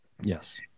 Yes